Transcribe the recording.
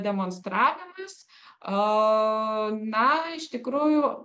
demonstravimas a na iš tikrųjų